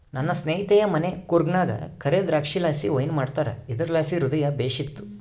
ನನ್ನ ಸ್ನೇಹಿತೆಯ ಮನೆ ಕೂರ್ಗ್ನಾಗ ಕರೇ ದ್ರಾಕ್ಷಿಲಾಸಿ ವೈನ್ ಮಾಡ್ತಾರ ಇದುರ್ಲಾಸಿ ಹೃದಯ ಬೇಶಿತ್ತು